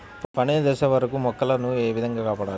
పండిన దశ వరకు మొక్కల ను ఏ విధంగా కాపాడాలి?